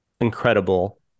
incredible